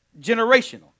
generational